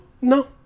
no